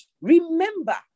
remember